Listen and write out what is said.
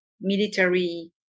military